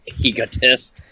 egotist